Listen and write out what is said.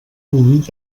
punt